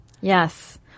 Yes